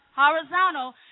horizontal